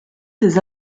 ses